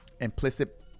implicit